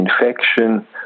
infection